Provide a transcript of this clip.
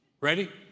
Ready